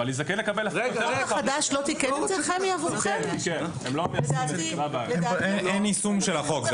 הבעיה היא שאין יישום של החוק.